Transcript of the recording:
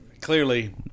clearly